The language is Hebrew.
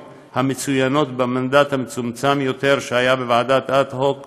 המצוינות במנדט המצומצם יותר שהיה לוועדה אד-הוק